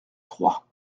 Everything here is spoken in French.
trois